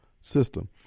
system